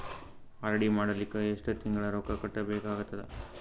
RD ಮಾಡಲಿಕ್ಕ ಎಷ್ಟು ತಿಂಗಳ ರೊಕ್ಕ ಕಟ್ಟಬೇಕಾಗತದ?